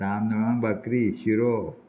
तांदळा भाकरी शिरो